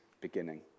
beginning